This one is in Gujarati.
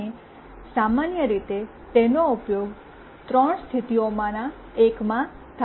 અને સામાન્ય રીતે તેનો ઉપયોગ ત્રણ સ્થિતિઓમાંના એકમાં થાય છે